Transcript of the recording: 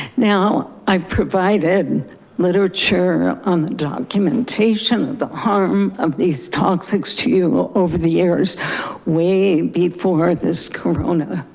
now, i've provided literature on the documentation of the harm of these toxics to you over the years way before this coronavirus.